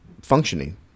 functioning